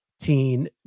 teen